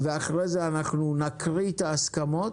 ואחרי זה אנחנו נקריא את ההסכמות,